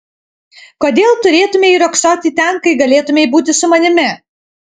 kodėl turėtumei riogsoti ten kai galėtumei būti su manimi